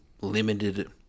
limited